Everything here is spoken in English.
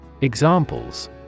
Examples